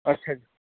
ਅੱਛਾ ਜੀ